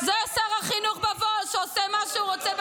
זה שר החינוך בפועל, שעושה מה שהוא רוצה בחינוך,